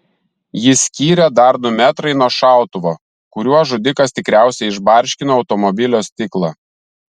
jį skyrė dar du metrai nuo šautuvo kuriuo žudikas tikriausiai išbarškino automobilio stiklą